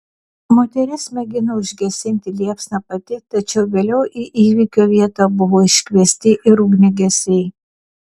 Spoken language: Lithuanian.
moteris mėgino užgesinti liepsną pati tačiau vėliau į įvykio vietą buvo iškviesti ir ugniagesiai